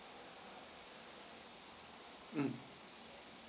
mm